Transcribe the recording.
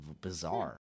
bizarre